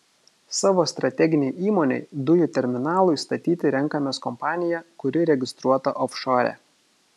savo strateginei įmonei dujų terminalui statyti renkamės kompaniją kuri registruota ofšore